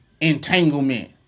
entanglement